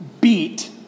beat